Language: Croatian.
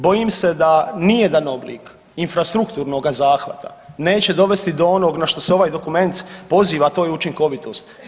Bojim se da nijedan oblik infrastrukturnog zahvata neće dovesti do onog na što se ovaj dokument poziva, a to je učinkovitost.